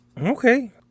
Okay